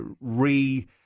re